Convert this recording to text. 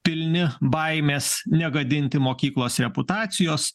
pilni baimės negadinti mokyklos reputacijos